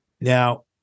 Now